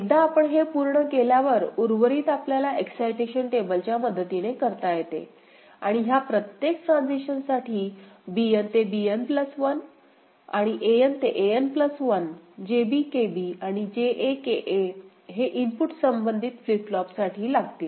एकदा आपण हे पूर्ण केल्यावर उर्वरित आपल्याला एक्साई टेशन टेबल च्या मदतीने करता येते आणि या प्रत्येक ट्रान्झिशन साठी Bn ते Bn प्लस 1 आणि An ते An प्लस 1 JB KB आणि JA KA हे इनपुट संबधित फ्लिप फ्लॉप साठी लागतील